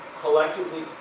collectively